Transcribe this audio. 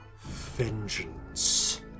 vengeance